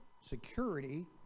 security